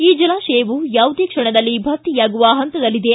ಈ ಜಲಾಶಯವು ಯಾವುದೇ ಕ್ಷಣದಲ್ಲಿ ಭರ್ತಿಯಾಗುವ ಪಂತದಲ್ಲಿದೆ